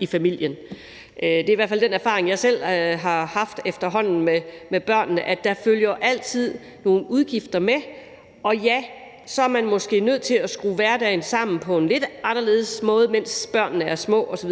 i familien. Det er i hvert fald den erfaring, jeg selv har haft efterhånden med børnene. Der følger altid nogle udgifter med, og ja, så er man måske nødt til at skrue hverdagen sammen på en lidt anderledes måde, mens børnene er små osv.